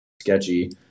sketchy